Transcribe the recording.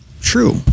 true